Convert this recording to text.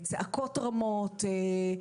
צעקות רמות,